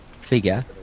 figure